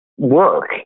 Work